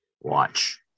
watch